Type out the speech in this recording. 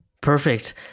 Perfect